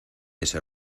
ese